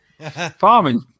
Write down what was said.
farming